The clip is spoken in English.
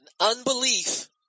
unbelief